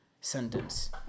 sentence